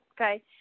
Okay